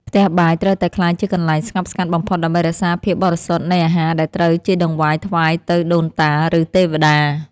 ផ្ទះបាយត្រូវតែក្លាយជាកន្លែងស្ងប់ស្ងាត់បំផុតដើម្បីរក្សាភាពបរិសុទ្ធនៃអាហារដែលត្រូវជាដង្វាយថ្វាយទៅដូនតាឬ ទេវតា។